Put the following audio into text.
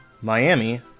Miami